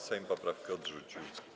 Sejm poprawkę odrzucił.